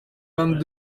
vingt